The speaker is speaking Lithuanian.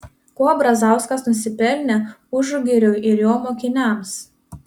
kuo brazauskas nusipelnė užugiriui ir jo mokiniams